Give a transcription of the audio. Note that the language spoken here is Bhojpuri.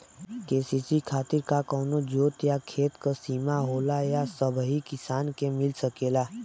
के.सी.सी खातिर का कवनो जोत या खेत क सिमा होला या सबही किसान के मिल सकेला?